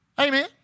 Amen